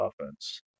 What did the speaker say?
offense